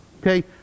Okay